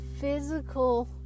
physical